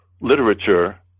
literature